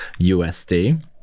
USD